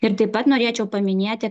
ir taip pat norėčiau paminėti